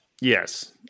Yes